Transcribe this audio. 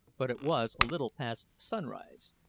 but it was a little past sunrise.